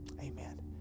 amen